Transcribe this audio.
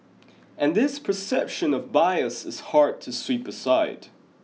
and this perception of bias is hard to sweep aside